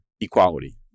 equality